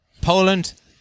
Poland